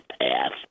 path